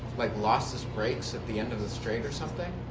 like lost his brakes at the end of the straight or something?